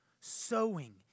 Sowing